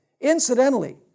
Incidentally